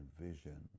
vision